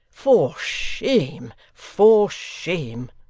for shame. for shame